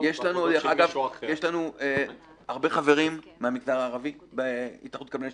יש לנו הרבה חברים מהמגזר הערבי בהתאחדות קבלני שיפוצים.